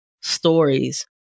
stories